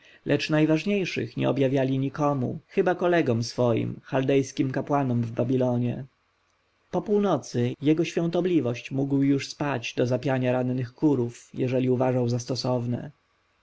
lecz najważniejszych nie objawiali nikomu chyba kolegom swoim chaldejskim kapłanom w babilonie po północy jego świątobliwość mógł już spać do zapiania rannych kogutów jeżeli uważał za stosowne